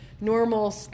normal